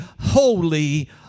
holy